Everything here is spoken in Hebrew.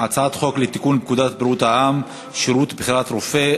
הצעת חוק לתיקון פקודת בריאות העם (שירות בחירת רופא),